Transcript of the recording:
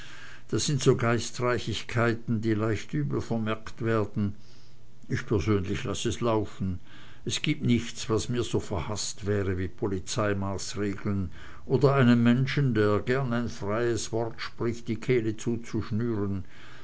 das sind so geistreichigkeiten die leicht übel vermerkt werden ich persönlich laß es laufen es gibt nichts was mir so verhaßt wäre wie polizeimaßregeln oder einem menschen der gern ein freies wort spricht die kehle zuzuschnüren